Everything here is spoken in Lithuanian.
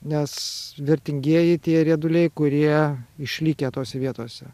nes vertingieji tie rieduliai kurie išlikę tose vietose